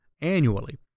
annually